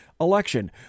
election